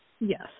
yes